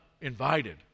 invited